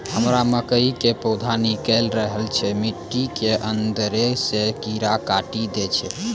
हमरा मकई के पौधा निकैल रहल छै मिट्टी के अंदरे से कीड़ा काटी दै छै?